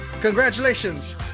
congratulations